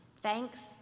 Thanks